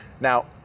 Now